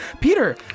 Peter